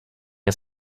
are